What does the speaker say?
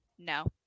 no